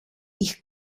ich